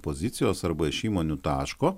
pozicijos arba iš įmonių taško